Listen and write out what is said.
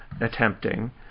attempting